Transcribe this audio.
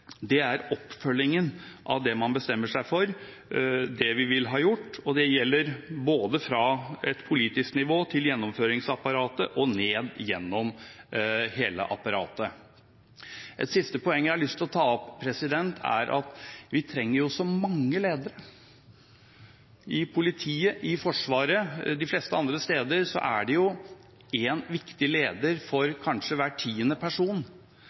er oppfølgingen av det man bestemmer seg for at man vil ha gjort, og det gjelder både fra politisk nivå til gjennomføringsapparatet og ned gjennom hele apparatet. Et siste poeng jeg har lyst til å ta opp, er at vi trenger jo så mange ledere. I politiet, i Forsvaret og de fleste andre steder er det én viktig leder for kanskje hver tiende person,